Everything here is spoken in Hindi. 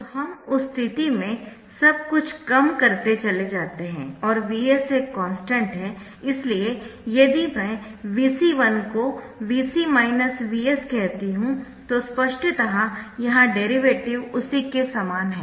तो हम उस स्थिति में सब कुछ कम करते चले जाते है और Vs एक कॉन्स्टन्ट है इसलिए यदि मैं Vc1 को Vc Vs कहती हूं तो स्पष्टतः यहां डेरीवेटिव उसी के सामान है